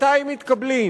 מתי מתקבלים,